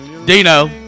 Dino